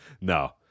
No